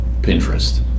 Pinterest